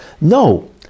No